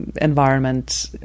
environment